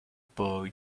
boy